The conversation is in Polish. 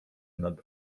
nad